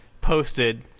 posted